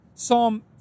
Psalm